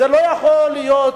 זה לא יכול להיות